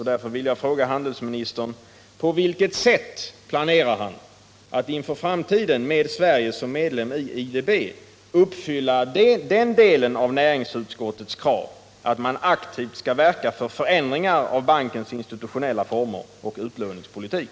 bankens Jag vill sålunda fråga handelsministern: På vilket sätt planerar handelsministern att inför framtiden med Sverige som medlem i IDB uppfylla den del av näringsutskottets krav som gäller att man aktivt skall verka för förändringar av bankens institutionella former och utlåningspolitik?